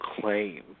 claim